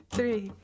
three